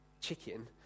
chicken